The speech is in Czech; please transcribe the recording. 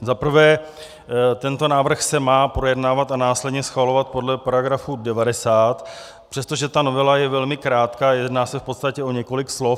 Za prvé, tento návrh se má projednávat a následně schvalovat podle paragrafu 90, přestože ta novela je velmi krátká, jedná se v podstatě o několik slov.